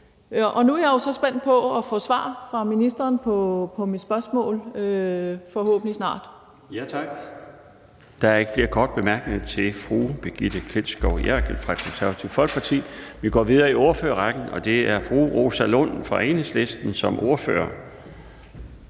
Og nu er jeg så spændt på at få et svar fra ministeren på mit spørgsmål, forhåbentlig snart. Kl. 17:04 Den fg. formand (Bjarne Laustsen): Tak. Der er ikke flere korte bemærkninger til fru Brigitte Klintskov Jerkel fra Det Konservative Folkeparti. Vi går videre i ordførerrækken. Det er fru Rosa Lund fra Enhedslisten som ordfører.